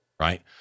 Right